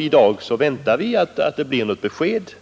I dag väntar vi att få ett besked.